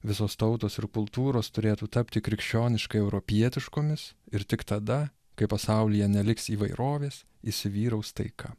visos tautos ir kultūros turėtų tapti krikščioniškai europietiškomis ir tik tada kai pasaulyje neliks įvairovės įsivyraus taika